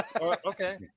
Okay